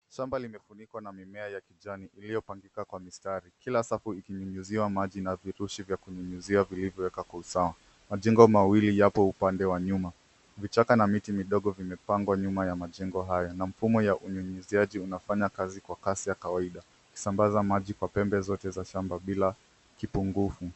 Shamba limefunikwa na mimea ya kijani iliyopangika kwa mistari. Kila safu ikinyunyiziwa maji na virushi vya kunyunyuzia vilivyowekwa kwa usama. Majengo mawili yapo upande wa nyuma. Vichaka na miti midogo vimepangwa nyuma ya majengo haya na mfumo ya unyunyuziaji inafanaya kazi kwa kasi ya kawaida ikisambaza maji kwa pembe zote za shamba bila kipungufu.